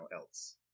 else